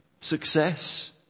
success